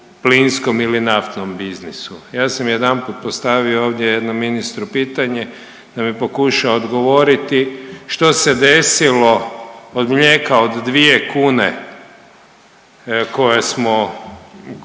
plinskom ili naftnom biznisu. Ja sam jedanput postavio ovdje jednom ministru pitanje da mi pokuša odgovoriti što se desilo od mlijeka od dvije kune koje smo